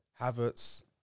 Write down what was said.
Havertz